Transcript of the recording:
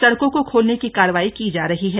सड़कों को खोलने की कार्रवाई की जा रही है